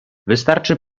wystarczy